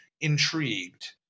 intrigued